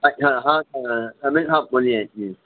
اچھا ہاں سر سمیع صاحب بولیے جی